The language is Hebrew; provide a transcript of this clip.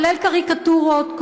כולל קריקטורות,